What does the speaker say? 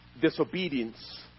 disobedience